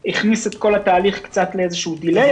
את כל התהליך קצת ל delay,